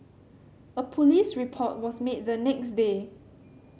a police report was made the next day